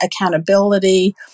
accountability